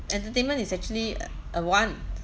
entertainment is actually a want